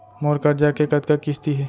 मोर करजा के कतका किस्ती हे?